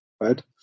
right